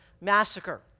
massacre